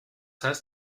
heißt